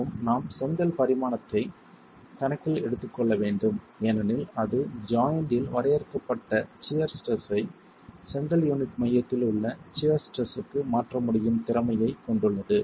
மற்றும் நாம் செங்கல் பரிமாணத்தை கணக்கில் எடுத்து கொள்ள வேண்டும் ஏனெனில் அது ஜாய்ன்ட்டில் வரையறுக்கப்பட்ட சியர் ஸ்ட்ரெஸ் ஐ செங்கல் யூனிட் மையத்தில் உள்ள சியர் ஸ்ட்ரெஸ்க்கு மாற்ற முடியும் திறமையை கொண்டுள்ளது